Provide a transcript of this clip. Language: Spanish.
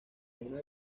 una